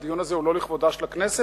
הדיון הזה הוא לא לכבודה של הכנסת,